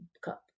cup